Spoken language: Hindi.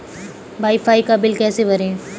वाई फाई का बिल कैसे भरें?